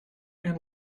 and